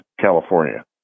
California